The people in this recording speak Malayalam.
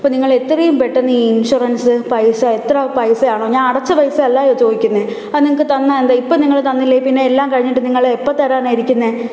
അപ്പോൾ നിങ്ങൾ എത്രയും പെട്ടെന്ന് ഈ ഇൻഷുറൻസ് പൈസ എത്ര പൈസയാണൊ ഞാൻ അടച്ച പൈസയല്ലായൊ ചോദിക്കുന്നത് അത് നിങ്ങൾക്ക് തന്നാൽ എന്താ ഇപ്പം നിങ്ങൾ തന്നില്ലെങ്കിൽപ്പിന്നെ എല്ലാം കഴിഞ്ഞിട്ട് നിങ്ങൾ എപ്പം തരാനാണ് ഇരിക്കുന്നത്